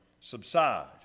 subside